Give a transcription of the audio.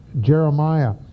Jeremiah